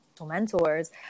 mentors